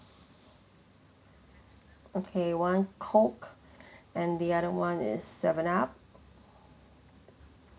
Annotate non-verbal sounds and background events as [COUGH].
okay one coke [BREATH] and the other one is seven up